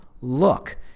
look